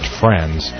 friends